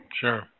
Sure